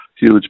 Huge